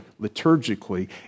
liturgically